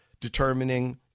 determining